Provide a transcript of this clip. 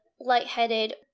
lightheaded